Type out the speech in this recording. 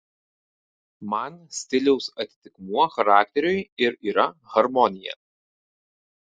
man stiliaus atitikmuo charakteriui ir yra harmonija